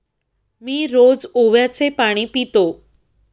मी रोज ओव्याचे पाणी पितो